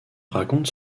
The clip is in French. raconte